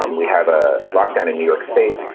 um we have a lockdown in new york state.